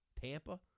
Tampa